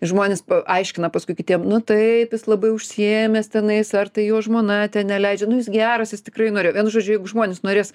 žmonės pa aiškina paskui kitiem nu taip jis labai užsiėmęs tenais ar tai jo žmona ten neleidžia nu jis geras jis tikrai norėjo vienu žodžiu jeigu žmonės norės